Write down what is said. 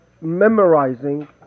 memorizing